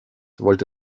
wollte